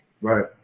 Right